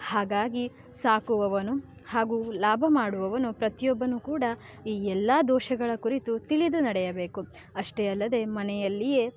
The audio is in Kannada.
ಹಾಗಾಗಿ ಸಾಕುವವನು ಹಾಗೂ ಲಾಭ ಮಾಡುವವನು ಪ್ರತಿಯೊಬ್ಬನೂ ಕೂಡ ಈ ಎಲ್ಲ ದೋಷಗಳ ಕುರಿತು ತಿಳಿದು ನಡೆಯಬೇಕು ಅಷ್ಟೇ ಅಲ್ಲದೆ ಮನೆಯಲ್ಲಿಯೇ